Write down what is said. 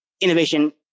innovation